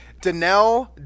Danelle